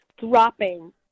dropping